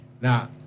Now